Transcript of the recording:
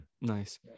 nice